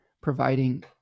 providing